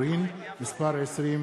(פטורין) (מס' 20),